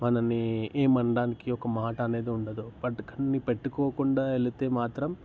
మనల్ని ఏమి అనడానికి ఒక మాట అనేది ఉండదు బట్ అన్నీ పెట్టుకోకుండా వెళితే మాత్రం